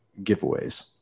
giveaways